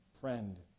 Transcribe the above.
friend